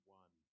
one